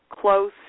close